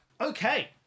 Okay